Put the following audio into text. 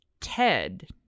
Ted